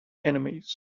enemies